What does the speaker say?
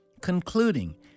concluding